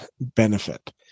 benefit